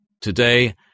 Today